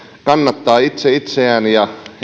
kannattavat itse itseään ja